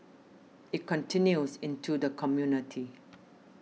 it continues into the community